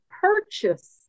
purchase